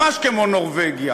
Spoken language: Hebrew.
ממש כמו נורבגיה.